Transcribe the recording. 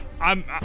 I'm-